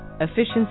efficiency